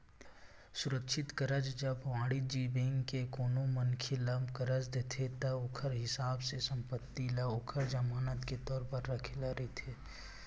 सुरक्छित करज, जब वाणिज्य बेंक ह कोनो मनखे ल करज देथे ता ओखर हिसाब ले संपत्ति ल ओखर जमानत के तौर म रखे रहिथे